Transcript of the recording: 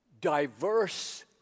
diverse